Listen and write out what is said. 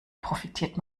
profitiert